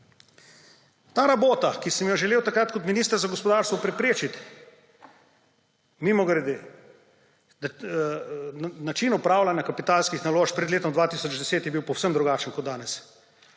ta rabota, ki sem jo želel takrat kot minister za gospodarstvo preprečiti − mimogrede, način upravljanja kapitalskih naložb pred letom 2010 je bil povsem drugačen kot danes.